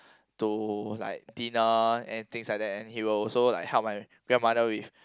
to like dinner and things like that and he will also help my grandmother with